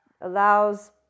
allows